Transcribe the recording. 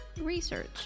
research